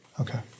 Okay